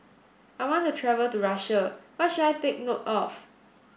I want to travel to Russia what should I take note of